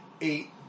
eight